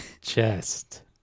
...chest